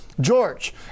George